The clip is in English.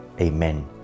amen